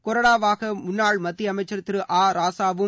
கொறடாவாக முன்னாள் மத்திய அமைச்சர் திரு ஆ ராசாவும்